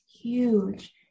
huge